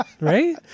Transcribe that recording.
Right